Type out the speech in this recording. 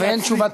ואין תשובת,